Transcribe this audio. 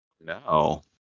No